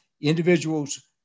individuals